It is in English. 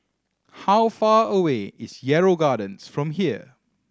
how far away is Yarrow Gardens from here